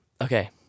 Okay